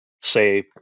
say